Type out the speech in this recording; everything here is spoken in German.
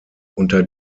unter